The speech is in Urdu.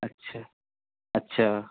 اچھا اچھا